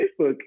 Facebook